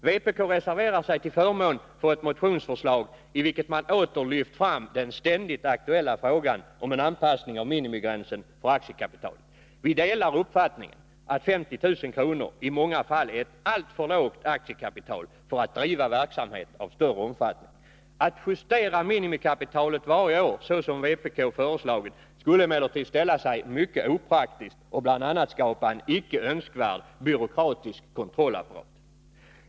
Vpk reserverar sig till förmån för ett motionsförslag i vilket man åter lyft fram den ständigt aktuella frågan om en anpassning av minimigränsen för aktiekapitalet. Vi delar uppfattningen att 50 000 kr. i många fall är ett alltför lågt aktiekapital för att driva verksamhet av större omfattning. Att justera minimikapitalet varje år, såsom vpk föreslagit, skulle emellertid ställa sig mycket opraktiskt och bl.a. skapa en icke önskvärd byråkratisk kontrollapparat.